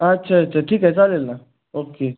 अच्छा अच्छा ठीक आहे चालेल ना ओक्के